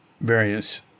various